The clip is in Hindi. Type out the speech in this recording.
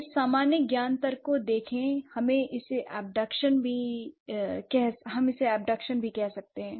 इस सामान्य ज्ञान तर्क को देखें हम इसे अबडकशन भी कह सकते हैं